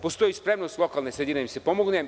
Postoji spremnost lokalne sredine da im se pomogne.